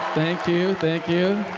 thank you, thank you.